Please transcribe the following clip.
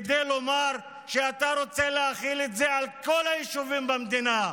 כדי לומר שאתה רוצה להחיל את זה על כל היישובים במדינה,